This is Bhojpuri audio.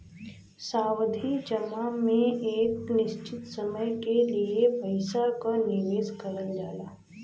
सावधि जमा में एक निश्चित समय के लिए पइसा क निवेश करल जाला